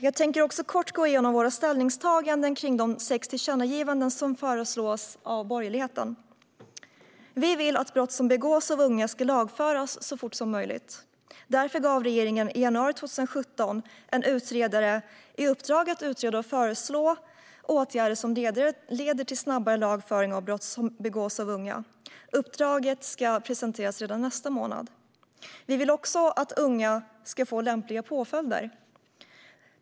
Jag tänker kort gå igenom våra ställningstaganden kring de sex tillkännagivanden som föreslås av borgerligheten. Vi vill att unga som begår brott ska lagföras så fort som möjligt. Därför gav regeringen i januari 2017 en utredare i uppdrag att utreda och föreslå åtgärder som leder till snabbare lagföring av unga som begår brott. Uppdraget ska presenteras redan nästa månad. Vi vill också att unga ska få lämpliga påföljder.